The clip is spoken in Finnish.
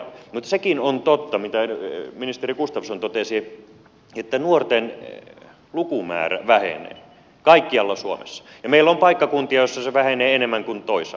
mutta sekin on totta mitä ministeri gustafsson totesi että nuorten lukumäärä vähenee kaikkialla suomessa ja meillä on paikkakuntia joissa se vähenee enemmän kuin toisaalla